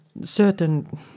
certain